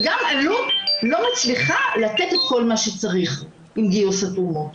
וגם אלו"ט לא מצליחה לתת את כל מה שצריך עם גיוס התרומות.